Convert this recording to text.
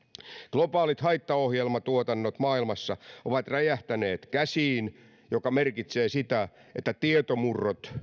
globaalit haittaohjelmatuotannot maailmassa ovat räjähtäneet käsiin mikä merkitsee sitä että tietomurrot